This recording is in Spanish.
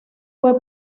fue